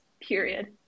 Period